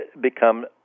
become